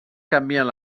canvien